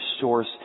source